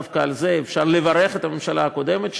דווקא על זה אפשר לברך את הממשלה הקודמת,